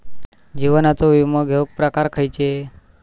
जीवनाचो विमो घेऊक प्रकार खैचे?